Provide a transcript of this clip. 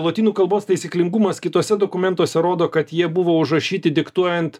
lotynų kalbos taisyklingumas kituose dokumentuose rodo kad jie buvo užrašyti diktuojant